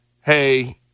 hey